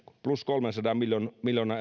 plus kolmensadan miljoonan